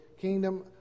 kingdom